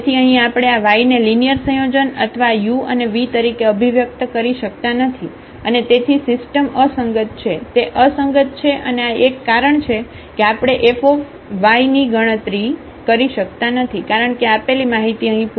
તેથી અહીં આપણે આ y ને લિનિયર સંયોજન અથવા આ u અને v તરીકે અભિવ્યક્ત કરી શકતા નથી અને તેથી સિસ્ટમ અસંગત છે તે અસંગત છે અને આ એક કારણ છે કે આપણે આ F of Fની ગણતરી કરી શકતા નથી કારણ કે આપેલી માહિતી અહીં પૂરતું નથી